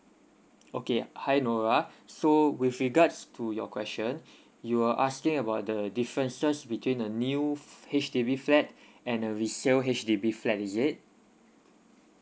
okay hi nora so with regards to your question you are asking about the differences between the new f~ H_D_B flat and the resale H_D_B flat is it